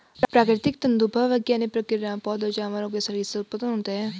प्राकृतिक तंतु भूवैज्ञानिक प्रक्रियाओं, पौधों, जानवरों के शरीर से उत्पन्न होते हैं